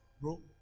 bro